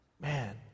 man